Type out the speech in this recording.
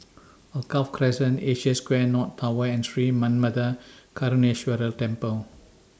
Alkaff Crescent Asia Square North Tower and Sri Manmatha Karuneshvarar Temple